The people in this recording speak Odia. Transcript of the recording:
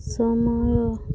ସମୟ